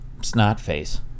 Snotface